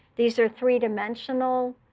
these are three dimensional